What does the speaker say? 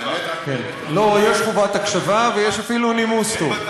הרי הוא לא